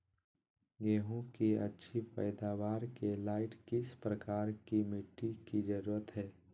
गेंहू की अच्छी पैदाबार के लाइट किस प्रकार की मिटटी की जरुरत है?